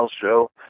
show